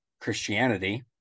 Christianity